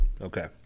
okay